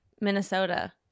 Minnesota